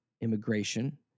immigration